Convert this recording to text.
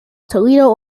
toledo